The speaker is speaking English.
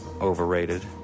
overrated